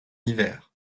hiver